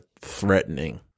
threatening